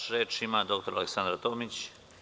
Reč ima dr Aleksandra Tomić.